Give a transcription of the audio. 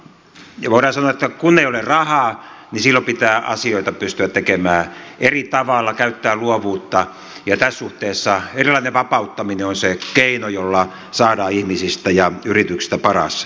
ja voidaan sanoa että kun ei ole rahaa niin silloin pitää asioita pystyä tekemään eri tavalla käyttää luovuutta ja tässä suhteessa eräänlainen vapauttaminen on se keino jolla saadaan ihmisistä ja yrityksistä paras irti